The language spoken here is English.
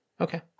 Okay